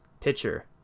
pitcher